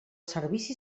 servici